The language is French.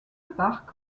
parc